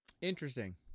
Interesting